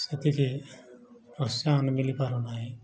ସେଥିରେ ପ୍ରୋତ୍ସାହନ ମିଳି ପାରୁନାହିଁ